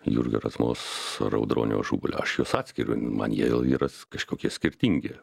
jurgio razmos ar audronio ažubalio aš juos atskiriu man jie yra s kažkokie skirtingi